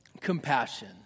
compassion